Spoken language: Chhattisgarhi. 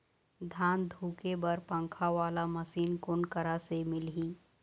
धान धुके बर पंखा वाला मशीन कोन करा से मिलही?